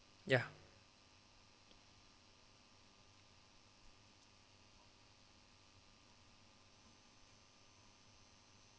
ya